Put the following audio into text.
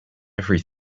every